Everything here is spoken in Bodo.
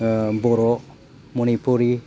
बर' मणिपुरि